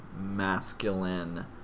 masculine